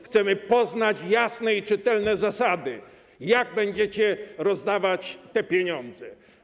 Chcemy poznać jasne i czytelne zasady, jak będziecie rozdawać te pieniądze.